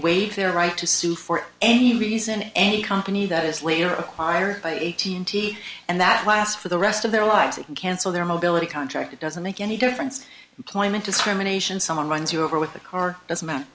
waive their right to sue for any reason any company that is later acquired by eighteen t and that last for the rest of their lives they can cancel their mobility contract it doesn't make any difference employment discrimination someone runs you over with a car